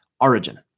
origin